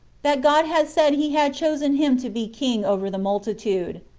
that god had said he had chosen him to be king over the multitude.